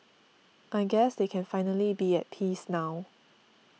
I guess they can finally be at peace now